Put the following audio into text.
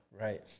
Right